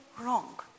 wrong